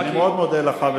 אני מאוד מודה לך,